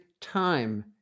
time